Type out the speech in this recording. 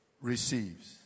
receives